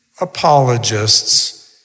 apologists